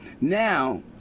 now